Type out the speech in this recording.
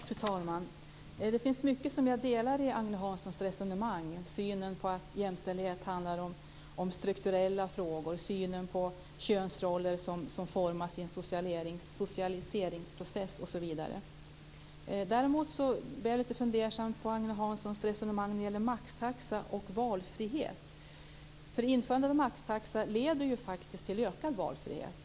Fru talman! Det finns mycket som jag delar i Agne Hanssons resonemang, synen på att jämställdhet handlar om strukturella frågor, synen på könsroller som formas i en socialiseringsprocess osv. Däremot blev jag lite fundersam över Agne Hanssons resonemang om maxtaxa och valfrihet, för införande av maxtaxa leder ju faktiskt till ökad valfrihet.